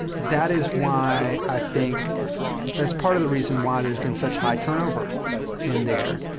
that is why think that's part of the reason why there's been such high turnover in there